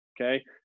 Okay